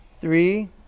three